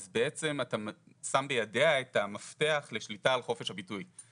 אז בעצם אתה שם בידיה את המפתח לשליטה על חופש הביטוי.